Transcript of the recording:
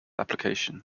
application